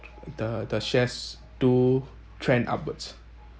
the the shares do trend upwards